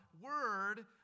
word